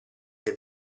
che